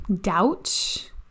doubt